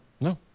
No